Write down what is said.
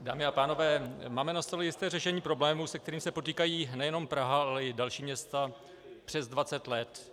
Dámy a pánové, máme na stole jisté řešení problému, se kterým se potýká nejenom Praha, ale i další města přes dvacet let.